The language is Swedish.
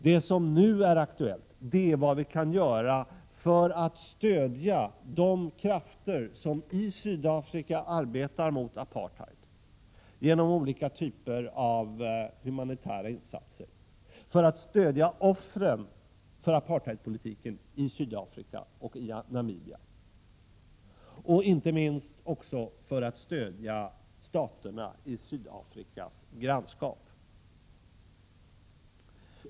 Det som nu är aktuellt är vad vi kan göra för att stödja de krafter som i Sydafrika arbetar mot apartheid — genom olika typer av humanitära insatser för att stödja offren för apartheidpolitiken i Sydafrika och i Namibia, och inte minst för att stödja staterna i Sydafrikas grannskap.